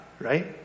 right